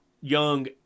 young